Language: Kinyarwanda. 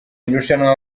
irushanwa